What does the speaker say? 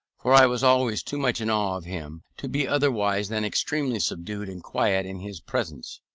for i was always too much in awe of him to be otherwise than extremely subdued and quiet in his presence.